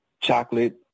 chocolate